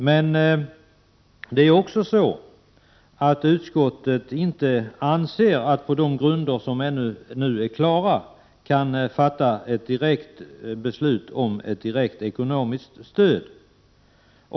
Men utskottet anser inte att man har tillräcklig grund för att fatta ett beslut om ett direkt ekonomiskt stöd.